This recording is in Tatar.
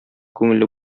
күңелле